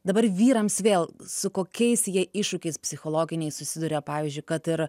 dabar vyrams vėl su kokiais jie iššūkiais psichologiniais susiduria pavyzdžiui kad ir